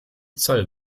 zoll